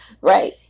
right